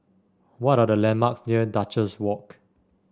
what are the landmarks near Duchess Walk